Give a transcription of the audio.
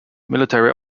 military